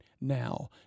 now